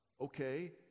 okay